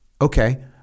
okay